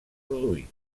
produir